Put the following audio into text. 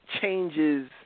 changes